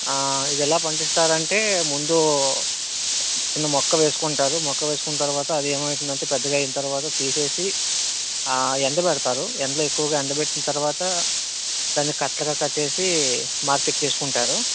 ఇది ఎలా పండిస్తారంటే ముందు చిన్న మొక్క వేసుకుంటారు మొక్క వేసుకున్న తర్వాత అది ఏమి అవుతుందంటే పెద్దదైన తర్వాత తీసేసి ఎండబెడతారు ఎండలో ఎక్కువగా ఎండబెట్టిన తర్వాత దాన్ని కట్టలుగా కట్టేసి మార్కెట్ చేసుకుంటారు